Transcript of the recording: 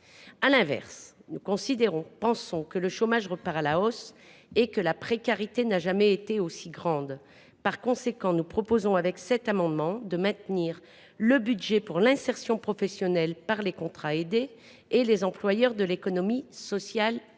À l’inverse, nous considérons que le chômage repart à la hausse et que la précarité n’a jamais été aussi grande. Par conséquent, cet amendement vise à maintenir le budget en faveur de l’insertion professionnelle par les contrats aidés et les employeurs de l’économie sociale et